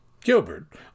Gilbert